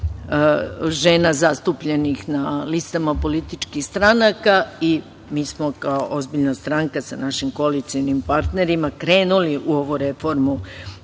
žena zastupljenih na listama političkih stranaka? Mi smo kao ozbiljna stranka sa našim koalicionim partnerima krenuli u ovu reformu